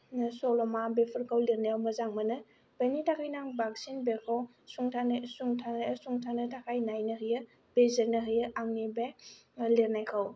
सल'मा बेफोरखौ लिरनो मोजां मोनो बेनि थाखायनो आं बांसिन बेखौ सुंथानो सुंथानाय सुंथानो थाखाय नायनो होयो बिजिरनो होयो आंनि बे लिरनायखौ